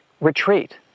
retreat